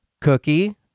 Cookie